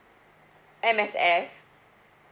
M_S_F